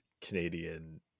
Canadian